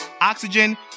Oxygen